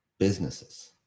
businesses